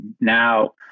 now